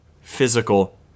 physical